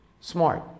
smart